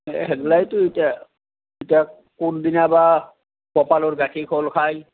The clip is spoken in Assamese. এ সেইগিলাইতো এতিয়া এতিয়া কোনদিনা বা কপালৰ গাঁঠি খোল খায়